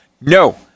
No